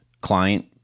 client